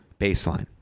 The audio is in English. baseline